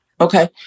okay